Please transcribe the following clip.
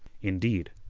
indeed,